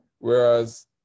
Whereas